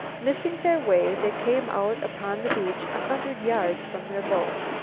missing their way, they came out upon the beach a hundred yards from their boat.